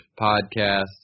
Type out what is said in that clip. Podcast